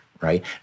right